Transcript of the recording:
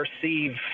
perceive